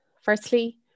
Firstly